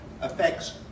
affects